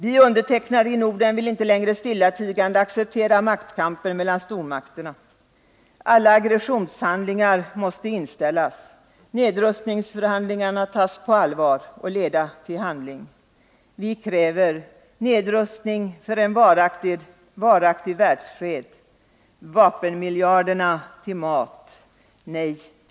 Vi undertecknare i Norden vill inte längre stillatigande acceptera maktkampen mellan stormakterna. Alla aggressionshandlingar måste inställas, nedrustningsförhandlingarna tas på allvar — och leda till handling. Vi kräver: Nedrustning för en varaktig världsfred! Vapenmiljarderna till mat!